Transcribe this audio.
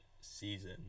season